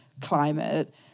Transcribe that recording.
climate